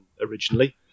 originally